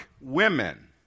women